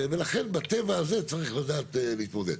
לכן בטבע הזה צריך לדעת להתמודד.